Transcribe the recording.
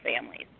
families